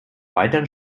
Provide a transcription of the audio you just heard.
weiteren